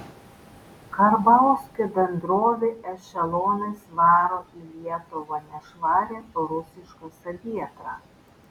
karbauskio bendrovė ešelonais varo į lietuvą nešvarią rusišką salietrą